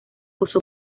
posó